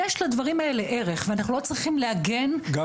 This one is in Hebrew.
יש לדברים האלה ערך ואנחנו לא צריכים להגן על --- גם